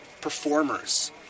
performers